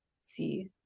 see